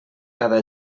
cada